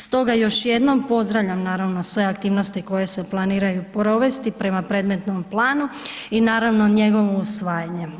Stoga još jednom pozdravljam naravno sve aktivnosti koje se planiraju provesti prema predmetnom planu i naravno njegovo usvajanje.